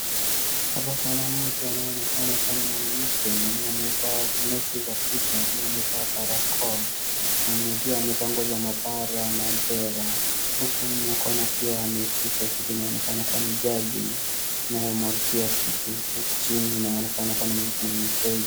Hapa kuna mtu anayeonekana kuwa ni mwanamke, mwenye amevaa neti kwa kichwa, pia amevaa barakoa, mwenye pia amevaa nguo za maabara na dera, huku mkono ameshika kitu inaonekana kuwa ni jagi, inayomwagia kitu, huku chini inaonekana kuwa kuna mifereji.